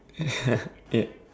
yeah